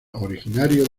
originario